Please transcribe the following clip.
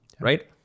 Right